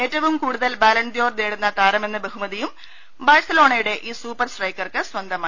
ഏറ്റവും കൂടതൽ ബാലൺദ്യോർ നേടുന്ന താരമെന്ന ബഹുമതിയും ബാഴ്സലോണയുടെ ഈ സൂപ്പർ സ്ട്രൈക്കർക്ക് സ്വന്തമായി